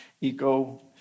eco